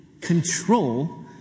control